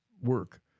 work